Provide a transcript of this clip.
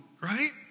right